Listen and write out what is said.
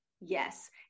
yes